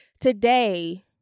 today